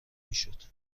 میشد